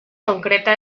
concreta